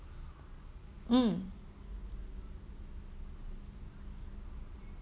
mm